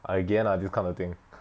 again ah this kind of thing